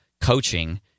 coaching